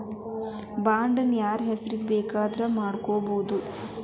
Bond ನ ಯಾರ್ಹೆಸ್ರಿಗ್ ಬೆಕಾದ್ರುಮಾಡ್ಬೊದು?